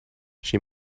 she